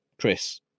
chris